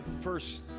first